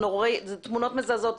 אלה תמונות מזעזעות,